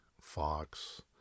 Fox